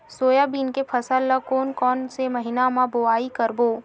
Soybean के फसल ल कोन कौन से महीना म बोआई करबो?